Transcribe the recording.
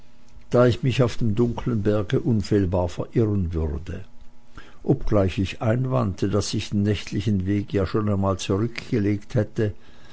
da ich mich auf dem dunklen berge unfehlbar verirren würde obgleich ich einwandte daß ich den nächtlichen weg ja schon einmal zurückgelegt hätte